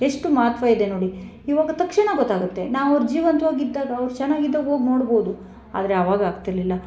ಎಷ್ಟು ಮಹತ್ವ ಇದೆ ನೋಡಿ ಇವಾಗ ತಕ್ಷಣ ಗೊತ್ತಾಗುತ್ತೆ ನಾವು ಅವ್ರು ಜೀವಂತವಾಗಿದ್ದಾಗ ಅವ್ರು ಚೆನ್ನಾಗಿದ್ದಾಗ್ ಹೋಗ್ ನೋಡ್ಬೋದು ಆದರೆ ಅವಾಗ ಆಗ್ತಿರಲಿಲ್ಲ